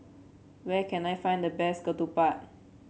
where can I find the best ketupat